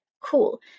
Cool